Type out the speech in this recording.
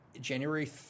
January